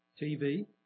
TV